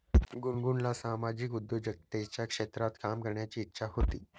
गुनगुनला सामाजिक उद्योजकतेच्या क्षेत्रात काम करण्याची इच्छा होती